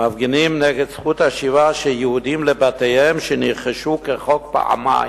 מפגינים נגד זכות השיבה של יהודים לבתיהם שנרכשו כחוק פעמיים.